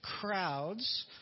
crowds